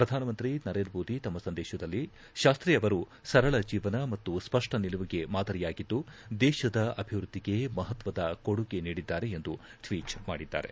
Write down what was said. ಪ್ರಧಾನಮಂತ್ರಿ ನರೇಂದ್ರ ಮೋದಿ ತಮ್ಮ ಸಂದೇಶದಲ್ಲಿ ಶಾಸ್ತಿ ಅವರು ಸರಳ ಜೀವನ ಮತ್ತು ಸ್ಪಷ್ಟ ನಿಲುವಿಗೆ ಮಾದರಿಯಾಗಿದ್ದು ದೇಶದ ಅಭಿವೃದ್ದಿಗೆ ಮಹತ್ವದ ಕೊಡುಗೆ ನೀಡಿದ್ದಾರೆ ಎಂದು ಟ್ವೀಟ್ ಮಾಡಿದ್ದಾರೆ